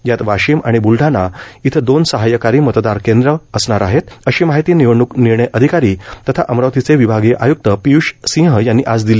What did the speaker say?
यात वाशिम आणि ब्लडाणा इथं दोन सहाय्यकारी मतदार केंद्रे असणार आहेत अशी माहिती निवडणूक निर्णय अधिकारी तथा अमरावतीचे विभागीय आयुक्त पियूष सिंह यांनी आज दिली